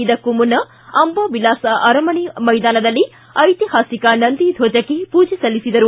ಇದಕ್ಕೂ ಮುನ್ನ ಅಂಬಾವಿಲಾಸ ಅರಮನೆ ಮೈದಾನದಲ್ಲಿ ಐತಿಹಾಸಿಕ ನಂದಿದ್ದಜಕ್ಕೆ ಪೂಜೆ ಸಲ್ಲಿಸಿದರು